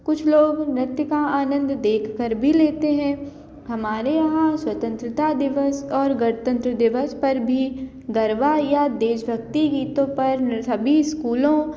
कुछ लोग नृत्य का आनंद देख कर भी लेते हैं हमारे यहाँ स्वतंत्रता दिवस और गणतंत्र दिवस पर भी गरबा या देशभक्ति गीतों पर सभी स्कूलों